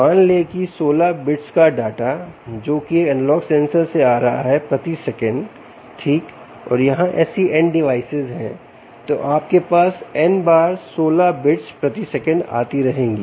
मान लें कि 16 बिट्स का डाटा जोकि एक एनालॉग सेंसर से आ रहा है प्रति सेकंड ठीक और यहां ऐसे N डिवाइस हैंतो आपके पास n बार 16 बिट्स प्रति सेकंड आती रहेंगी